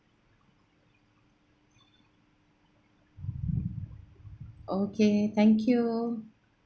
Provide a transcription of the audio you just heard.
okay thank you